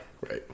right